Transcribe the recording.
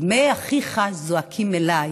דמי אחיך זועקים אליי.